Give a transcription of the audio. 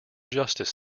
justice